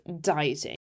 dieting